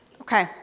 Okay